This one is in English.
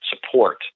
support